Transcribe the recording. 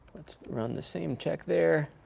let's run the same check there.